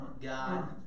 God